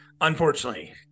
Unfortunately